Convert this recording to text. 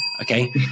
Okay